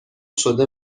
شده